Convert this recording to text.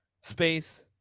space